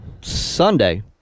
Sunday